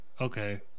Okay